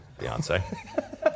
Beyonce